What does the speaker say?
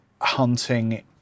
hunting